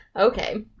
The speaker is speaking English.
Okay